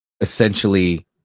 essentially